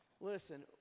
Listen